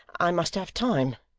i must have time